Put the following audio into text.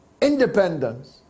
independence